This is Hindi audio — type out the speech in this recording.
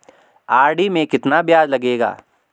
आर.डी में कितना ब्याज मिलेगा?